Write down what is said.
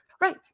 right